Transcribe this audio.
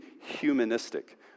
humanistic